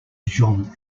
jeanne